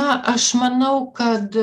na aš manau kad